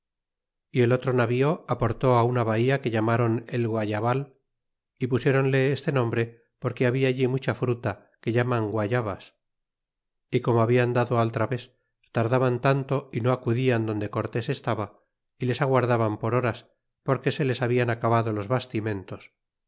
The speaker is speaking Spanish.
y el otro navío aportó á una bahía que llamaron el guayaba y pusiéronle este nombre porque habia allí mucha fruta que llaman guayabas y como hablan dado al traves tardaban tanto y no acudían donde cortes estaba y les aguardaban por horas porque se les habian acabado los bastimentos